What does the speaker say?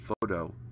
photo